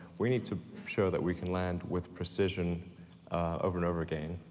we need to show that we can land with precision over and over again,